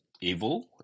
evil